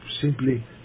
simply